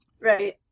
right